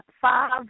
five